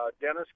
Dennis